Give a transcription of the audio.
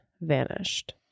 vanished